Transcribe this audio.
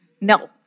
No